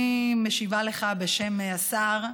אני משיבה לך בשם השר,